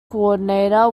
coordinator